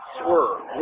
swerve